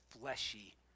fleshy